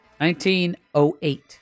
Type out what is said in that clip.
1908